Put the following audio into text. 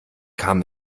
kam